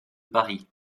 paris